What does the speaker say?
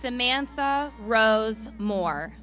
samantha rose more